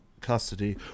custody